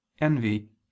envy